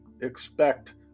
expect